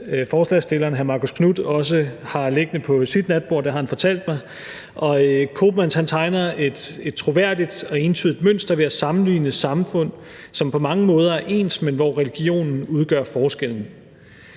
forslagsstilleren hr. Marcus Knuth også har liggende på sit natbord, for det har han fortalt mig. Koopmans tegner et troværdigt og entydigt mønster ved at sammenligne samfund, som på mange måder er ens, men hvor religionen udgør forskellen.